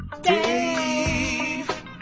Dave